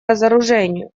разоружению